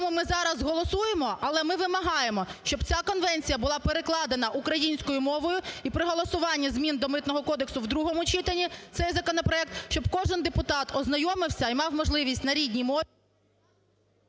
Тому ми зараз голосуємо. Але ми вимагаємо, щоб ця конвенція була перекладена українською мовою і при голосуванні змін до Митного кодексу в другому читанні – цей законопроект. Щоб кожен депутат ознайомився і мав можливість на рідній мові…